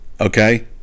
okay